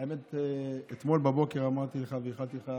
האמת, אתמול בבוקר אמרתי לך ואיחלתי לך